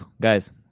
guys